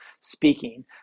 speaking